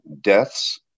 deaths